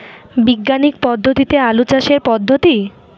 বিজ্ঞানিক পদ্ধতিতে আলু চাষের পদ্ধতি?